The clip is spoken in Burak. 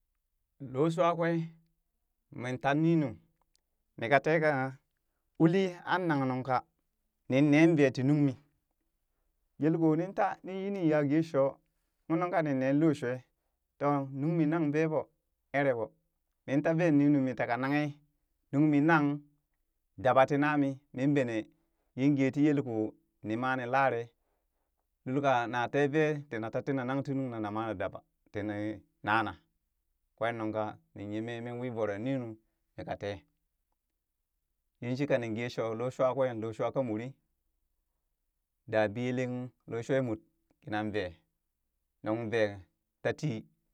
Loshwaa kwee min ta ninu mii ka teka uli annaŋ nuŋ kanin nee vee ti nungmi, yelko nin taa nin yi ni ya geeshoo un nungka nin nee looshuwa, too nungmii nang vee ɓoo eree ɓoo min ta vee nunu mi taka nanghe nungmii nang daba tii naamii, min benee yin ghee tii yelko nima nilaree lulka na tee vee, tiina taatii na nang ti nung nama na daba ti nana kwee nuŋ ka min yemee min wii voro ninu mikatee yinshika nin gee shoo looshuwa kween looshuwa ka muri daa biyele ung looshuwa mod kinan vee, nung vee tatii,